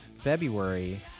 February